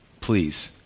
please